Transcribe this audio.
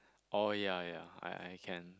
oh ya ya I I can